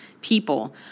people